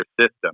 system